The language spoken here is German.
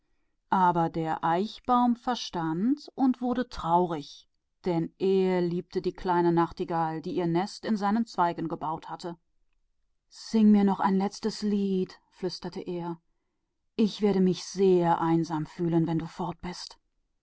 aber der eichbaum verstand und ward traurig denn er liebte die kleine nachtigall sehr die ihr nest in seinen zweigen gebaut hatte sing mir noch ein letztes lied flüsterte er ich werd mich sehr einsam fühlen wenn du fort bist